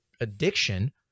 addiction